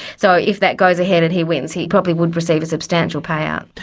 so if that goes ahead and he wins he probably would receive a substantial payout.